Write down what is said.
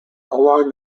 along